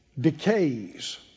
decays